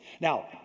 Now